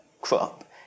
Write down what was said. crop